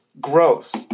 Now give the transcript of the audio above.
growth